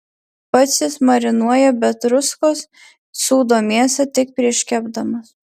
pats jis marinuoja be druskos sūdo mėsą tik prieš kepdamas